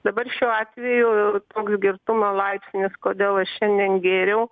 dabar šiuo atveju toks girtumo laipsnis kodėl aš šiandien gėriau